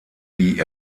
wie